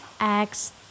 eggs